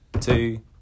two